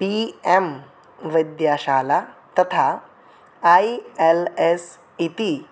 B M वैद्यशाला तथा A L S इति